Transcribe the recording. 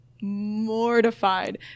mortified